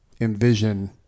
envision